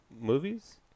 Movies